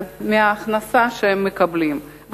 מההכנסה שהם מקבלים שכר דירה.